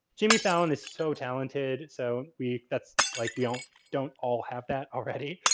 jimmy fallon is so talented. so, we, that's like we don't don't all have that already.